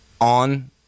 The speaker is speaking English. on